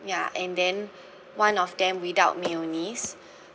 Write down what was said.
ya and then one of them without mayonnaise